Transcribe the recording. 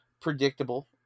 predictable